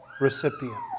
recipients